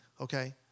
okay